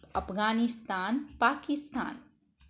Afghanistan Pakistan